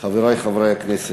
חברי חברי הכנסת,